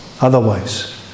Otherwise